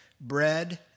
bread